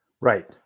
Right